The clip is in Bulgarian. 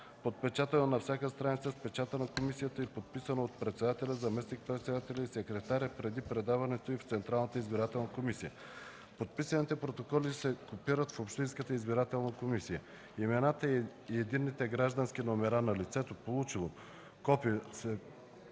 подпечатано на всяка страница с печата на комисията и подписано от председателя, заместник-председателя и секретаря, преди предаването им в Централната избирателна комисия. Подписаните протоколи се копират в общинската избирателна комисия. Имената и единният граждански номер на лицето, получило копията